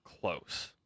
close